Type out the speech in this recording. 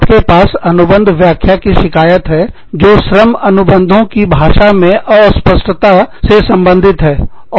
आपके पास अनुबंध व्याख्या की शिकायत है जो श्रम अनुबंधों भाषा में अस्पष्टता से संबंधित है